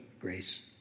grace